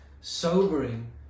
sobering